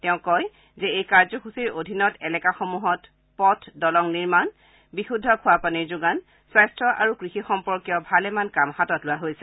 তেওঁ কয় যে এই কাৰ্যসূচীৰ অধীনত এলেকাসমূহত পথ দলং নিৰ্মাণ বিশুদ্ধ খোৱাপানী যোগান স্বাস্থ্য আৰু কৃষি সম্পৰ্কীয় ভালেমান কাম হাতত লোৱা হৈছে